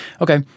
Okay